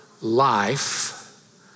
life